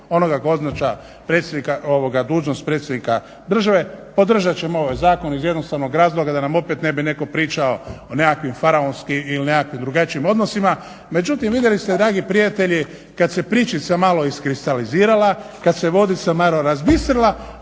onoga tko obavlja dužnost predsjednika države. Podržat ćemo ovaj zakon iz jednostavnog razloga da nam opet ne bi netko pričao o nekakvim faraonskim ili nekakvim drugačijim odnosima. Međutim, vidjeli ste dragi prijatelji kad se pričica malo iskristalizirala, kad se vodica malo razbistrila